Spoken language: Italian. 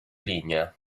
lignea